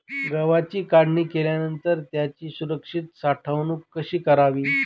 गव्हाची काढणी केल्यानंतर त्याची सुरक्षित साठवणूक कशी करावी?